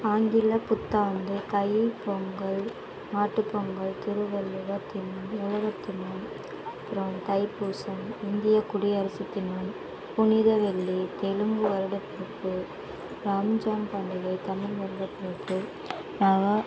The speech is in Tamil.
ஆங்கிலப் புத்தாண்டு தை பொங்கல் மாட்டு பொங்கல் திருவள்ளுவர் தினம் உழவர் திருநாள் அப்புறம் தைப்பூசம் இந்திய குடியரசு தினம் புனித வெள்ளி தெலுங்கு வருடப்பிறப்பு ரம்ஜான் பண்டிகை தமிழ் வருடப்பிறப்பு மகா